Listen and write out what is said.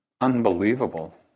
unbelievable